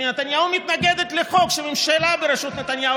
נתניהו מתנגדת לחוק שהממשלה בראשות נתניהו,